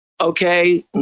okay